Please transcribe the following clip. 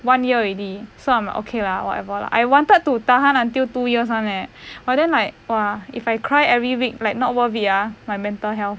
one year already so I'm like okay lah whatever lah I wanted to tahan until two years [one] eh but then like !wah! if I cry every week like not worth it ah my mental health